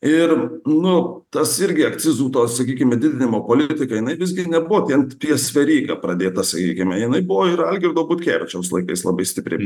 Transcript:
ir nu tas irgi akcizų tos sakykime didinimo politika jinai vis gi nebuvo ten ties veryga pradėta sakykime jinai buvo ir algirdo butkevičiaus laikais labai stipri